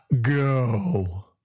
go